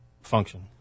function